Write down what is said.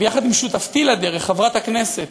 יחד עם שותפתי לדרך חברת הכנסת